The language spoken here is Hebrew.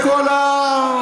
כל,